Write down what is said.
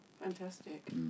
Fantastic